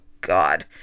God